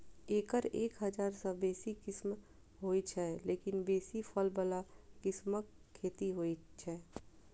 एकर एक हजार सं बेसी किस्म होइ छै, लेकिन बेसी फल बला किस्मक खेती होइ छै